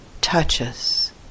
touches